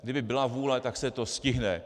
Kdyby byla vůle, tak se to stihne.